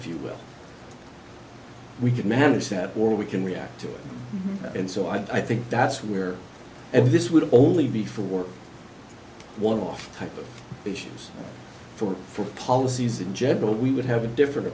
if you will we could manage that or we can react to that and so i think that's where if this would only be for work one off type of issues for for policies in general we would have a different